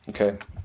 Okay